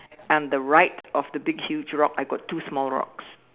and the right of the big huge rock I got two small rocks